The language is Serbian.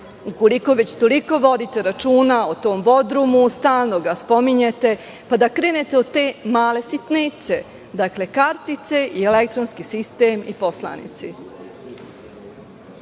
ukoliko već toliko vodite računa o tom Bodrumu, stalno ga spominjete, da krenete od te male sitnice, dakle, kartice, elektronski sistem i poslanici.